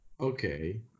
Okay